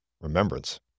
remembrance